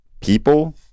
people